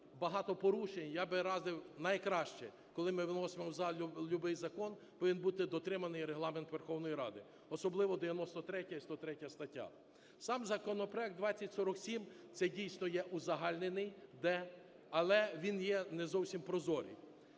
багато порушень. Я би радив: найкраще, коли ми вносимо в зал любий закон, повинен бути дотриманий Регламент Верховної Ради, особливо 93-я і 103 статті. Сам законопроект 2047 – це дійсно є узагальнений, "д", але він є не зовсім прозорий.